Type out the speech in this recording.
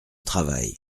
travail